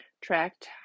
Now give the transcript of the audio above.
tracked